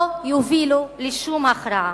לא יובילו לשום הכרעה.